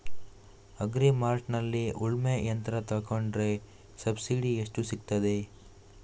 Agri ಮಾರ್ಟ್ನಲ್ಲಿ ಉಳ್ಮೆ ಯಂತ್ರ ತೆಕೊಂಡ್ರೆ ಸಬ್ಸಿಡಿ ಎಷ್ಟು ಸಿಕ್ತಾದೆ?